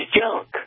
junk